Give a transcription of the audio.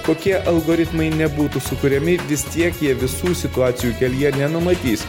kokie algoritmai nebūtų sukuriami vis tiek jie visų situacijų kelyje nenumatys